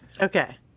Okay